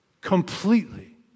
completely